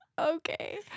okay